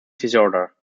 disorder